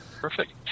Perfect